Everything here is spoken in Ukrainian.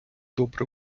добре